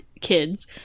kids